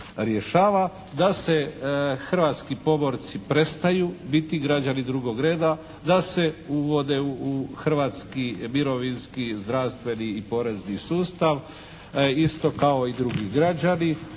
da se hrvatski pomorci prestaju biti građani drugog reda, da se uvode u hrvatski mirovinski, zdravstveni i porezni sustav isto kao i drugi građani.